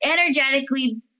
energetically